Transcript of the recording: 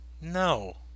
No